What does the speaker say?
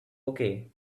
okay